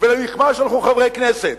ולמכמש הלכו חברי כנסת.